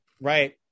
right